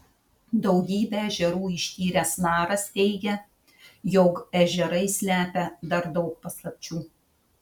daugybę ežerų ištyręs naras teigia jog ežerai slepia dar daug paslapčių